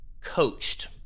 coached